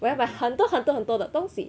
我要买很多很多很多的东西